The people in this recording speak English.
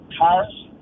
cars